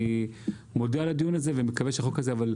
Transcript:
אני מודה על הדיון הזה, ומקווה שהחוק הזה ---.